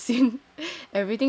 the city of sin everything